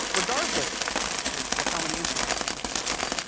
regardless of how many instagram followers you have.